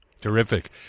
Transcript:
Terrific